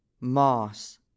Moss